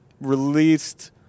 released